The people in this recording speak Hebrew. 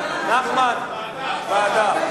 ועדה.